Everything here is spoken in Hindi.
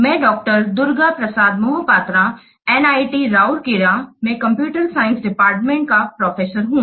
मैं डॉ दुर्गाप्रसाद मोहपात्रा एनआईटी राउरकेला में कंप्यूटर साइंस डिपार्टमेंट का प्रोफेसर हूं